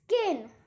Skin